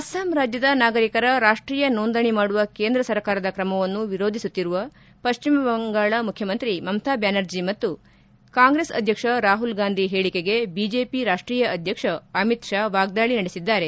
ಅಸ್ಲಾಂ ರಾಜ್ಲದ ನಾಗರಿಕರ ರಾಷ್ಷೀಯ ನೋಂದಣಿ ಮಾಡುವ ಕೇಂದ್ರ ಸರ್ಕಾರದ ಕ್ರಮವನ್ನು ವಿರೋಧಿಸುತ್ತಿರುವ ಪಶ್ಚಿಮ ಬಂಗಾಳ ಮುಖ್ಯಮಂತ್ರಿ ಮಮತಾ ಬ್ದಾನರ್ಜಿ ಮತ್ತು ಕಾಂಗ್ರೆಸ್ ಅಧ್ಯಕ್ಷ ರಾಹುಲ್ ಗಾಂಧಿ ಹೇಳಿಕೆಗೆ ಬಿಜೆಪಿ ರಾಷ್ಟೀಯ ಅಧ್ಯಕ್ಷ ಅಮಿತ್ ಶಾ ವಾಗ್ದಾಳಿ ನಡೆಸಿದ್ದಾರೆ